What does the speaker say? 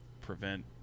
prevent